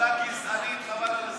לא מצטלם טוב.